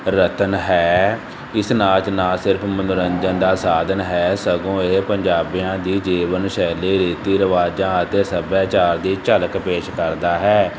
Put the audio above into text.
ਰਤਨ ਹੈ ਇਸ ਨਾਚ ਨਾ ਸਿਰਫ਼ ਮਨੋਰੰਜਨ ਦਾ ਸਾਧਨ ਹੈ ਸਗੋਂ ਇਹ ਪੰਜਾਬੀਆਂ ਦੀ ਜੀਵਨ ਸ਼ੈਲੀ ਰੀਤੀ ਰਿਵਾਜ਼ਾਂ ਅਤੇ ਸੱਭਿਆਚਾਰ ਦੀ ਝਲਕ ਪੇਸ਼ ਕਰਦਾ ਹੈ